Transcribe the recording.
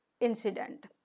incident